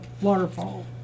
waterfall